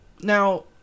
now